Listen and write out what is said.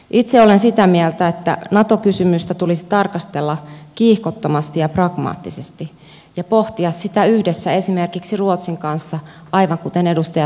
itse olen sitä mieltä että nato kysymystä tulisi tarkastella kiihkottomasti ja pragmaattisesti ja pohtia sitä yhdessä esimerkiksi ruotsin kanssa aivan kuten edustaja salolainen totesi